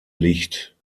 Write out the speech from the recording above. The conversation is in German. licht